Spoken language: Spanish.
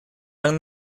tan